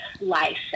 life